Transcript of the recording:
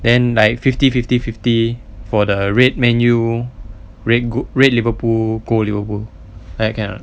then like fifty fifty fifty for the red man U red Liverpool gold Liverpool like that can or not